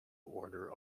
order